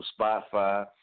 Spotify